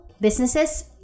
businesses